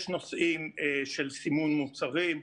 יש נושאים של סימון מוצרים,